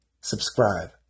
subscribe